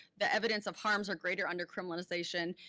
the evidence of harms are greater under criminalization.